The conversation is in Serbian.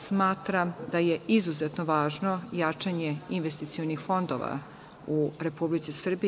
Smatram da je izuzetno važno jačanje investicionih fondova u Republici Srbiji.